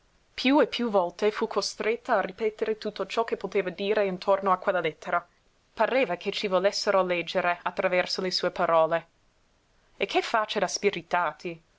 piú e piú volte fu costretta a ripetere tutto ciò che poteva dire intorno a quella lettera pareva che ci volessero leggere attraverso le sue parole e che facce da spiritati